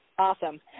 Awesome